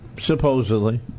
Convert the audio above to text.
supposedly